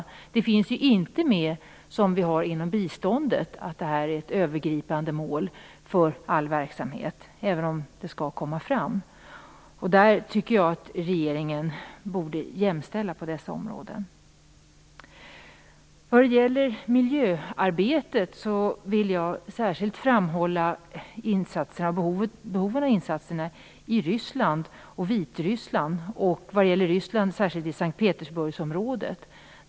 Jämställdheten finns ju där inte med på samma sätt som inom biståndet, som ett övergripande mål för all verksamhet, även om jämställdheten skall komma komma till uttryck. Jag tycker att regeringen i detta avseende borde likställa verksamheterna. I miljöarbetet vill jag särskilt framhålla behoven av insatser i Ryssland och Vitryssland, vad gäller Ryssland särskilt i S:t Petersburgs-området.